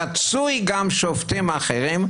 רצוי גם השופטים האחרים,